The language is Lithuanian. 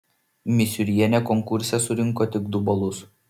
misiūrienė konkurse surinko tik du balus